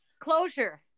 closure